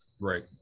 Right